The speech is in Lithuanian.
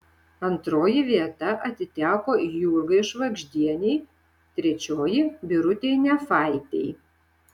antroji vieta atiteko jurgai švagždienei trečioji birutei nefaitei